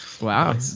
wow